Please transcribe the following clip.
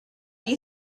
you